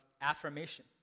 affirmation